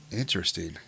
Interesting